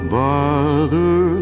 bother